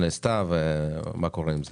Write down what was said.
מה קורה עם זה.